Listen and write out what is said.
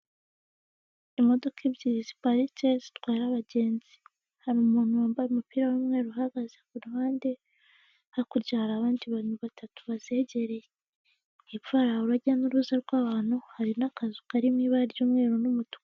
Imodoka ebyiri ziparitse zitwara abagenzi, hari umuntu wambaye umupira w'umweru uhagaze ku ruhande, hakurya hari abandi bantu batatu bazegereye, hepfo hari urujya n'uruza rw'abantu, hari n'akazu kari mu ibara ry'umweru n'umutuku.